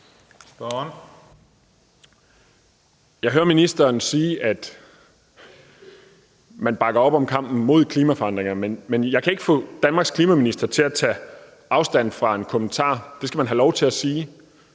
Jeg hører ministeren sige, at man bakker op om kampen mod klimaforandringerne, men jeg kan ikke få Danmarks klimaminister til at tage afstand fra en kommentar. Så man skal have lov til at sige,